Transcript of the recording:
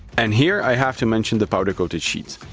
and here i have to mention the powder coated sheets.